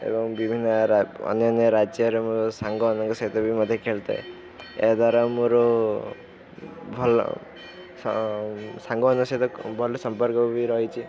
ଏବଂ ବିଭିନ୍ନ ଅନ୍ୟାନ୍ୟ ରାଜ୍ୟର ମୋ ସାଙ୍ଗମାନଙ୍କ ସହିତ ବି ମଧ୍ୟ ଖେଳିଥାଏ ଏହାଦ୍ୱାରା ମୋର ଭଲ ସାଙ୍ଗମାନଙ୍କ ସହିତ ଭଲ ସମ୍ପର୍କ ବି ରହିଛି